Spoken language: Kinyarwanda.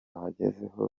bagezeho